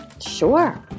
Sure